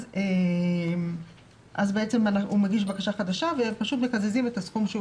אז בעצם הוא מגיש בקשה חדשה ופשוט מקזזים את הסכום שהוא